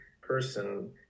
person